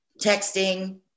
texting